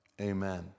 amen